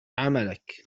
عملك